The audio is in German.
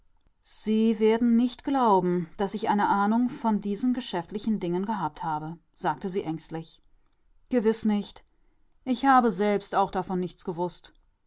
sie werden nicht glauben daß ich eine ahnung von diesen geschäftlichen dingen gehabt habe sagte sie ängstlich gewiß nicht ich habe selbst auch davon nichts gewußt